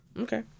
Okay